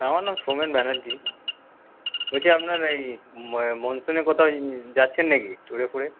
হ্যাঁ আমার নাম সৌমেন ব্যানার্জি বলছি আপনার এই মনসুনে কোথাও যাচ্ছেন নাকি ট্যুরে ফুরে